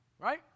right